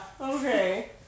okay